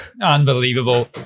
unbelievable